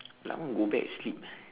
like I want to go back sleep